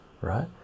right